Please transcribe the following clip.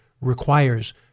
requires